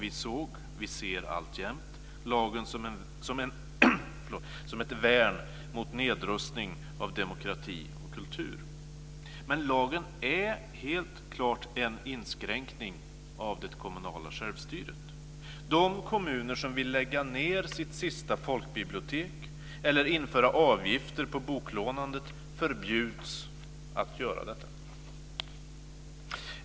Vi såg och ser alltjämt lagen som ett värn mot nedrustning av demokrati och kultur. Men lagen är helt klart en inskränkning av det kommunala självstyret. De kommuner som vill lägga ned sitt sista folkbibliotek eller införa avgifter på boklånandet förbjuds att göra detta.